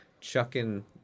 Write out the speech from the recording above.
chucking